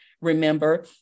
remember